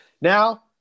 Now